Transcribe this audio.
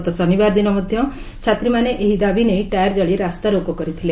ଗତ ଶନିବାର ଦିନ ମଧ୍ଧ ଛାତ୍ରୀମାନେ ଏହି ଦାବି ନେଇ ଟାୟାର ଜାଳି ରାସ୍ତାରୋକ କରିଥିଲେ